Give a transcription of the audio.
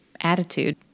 attitude